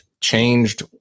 changed